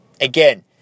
Again